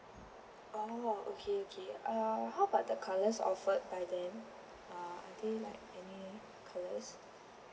orh okay okay uh how about the colours offered by them uh are they like any colours